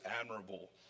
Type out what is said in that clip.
admirable